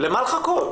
למה לחכות?